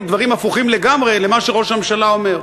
דברים הפוכים לגמרי למה שראש הממשלה אומר.